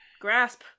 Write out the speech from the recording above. Grasp